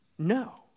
No